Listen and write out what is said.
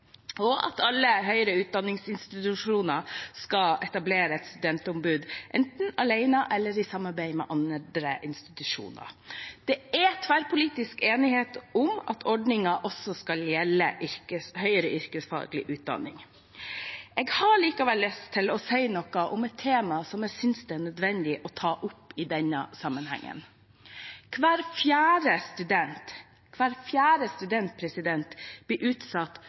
og at alle høyere utdanningsinstitusjoner skal etablere et studentombud, enten alene eller i samarbeid med andre institusjoner. Det er tverrpolitisk enighet om at ordningen også skal gjelde høyere yrkesfaglig utdanning. Jeg har likevel lyst til å si noe om et tema jeg synes det er nødvendig å ta opp i denne sammenhengen. Hver fjerde student – hver fjerde student – blir utsatt